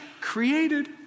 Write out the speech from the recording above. created